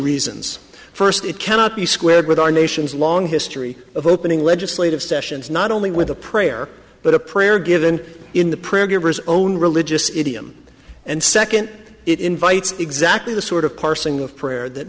reasons first it cannot be squared with our nation's long history of opening legislative sessions not only with a prayer but a prayer given in the preggers own religious idiom and second it invites exactly the sort of parsing of prayer that